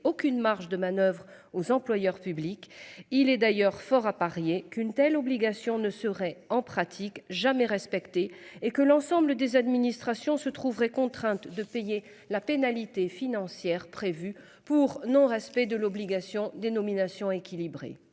aucune marge de manoeuvre aux employeurs publics. Il est d'ailleurs fort à parier qu'une telle obligation ne serait en pratique jamais respectées et que l'ensemble des administrations se trouverait contrainte de payer la pénalité financière prévue pour non respect de l'obligation des nominations équilibrées.